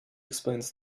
explains